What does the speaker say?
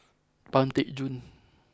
Pang Teck Joon